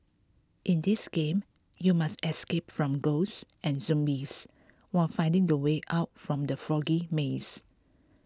in this game you must escape from ghosts and zombies while finding the way out from the foggy maze